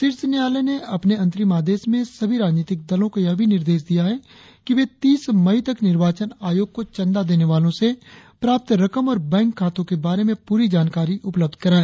शीर्ष न्यायालय ने अपने अंतरिम आदेश में सभी राजनीतिक दलों को यह भी निर्देश दिया है कि वे तीस मई तक निर्वाचन आयोग को चंदा देने वालों से प्राप्त रकम और बैंक खातों के बारे में प्ररी जानकारी उपलब्ध कराए